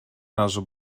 naso